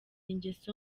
ingeso